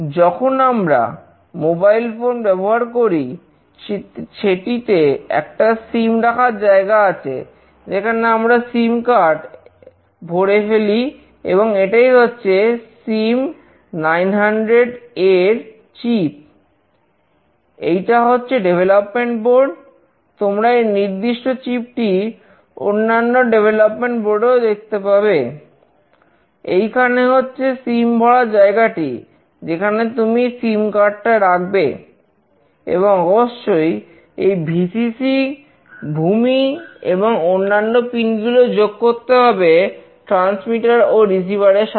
যখনই আমরা mobile phone ব্যবহার করি সেটিতে একটা সিম রাখার জায়গা আছে যেখানে আমরা সিমকার্ড সাথে